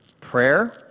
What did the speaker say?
prayer